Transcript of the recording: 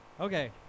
Okay